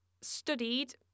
studied